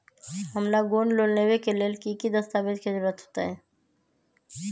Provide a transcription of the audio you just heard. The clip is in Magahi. हमरा गोल्ड लोन लेबे के लेल कि कि दस्ताबेज के जरूरत होयेत?